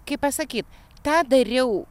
kaip pasakyt tą dariau